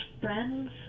friends